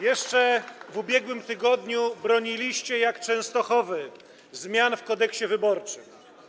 Jeszcze w ubiegłym tygodniu broniliście jak Częstochowy zmian w Kodeksie wyborczym.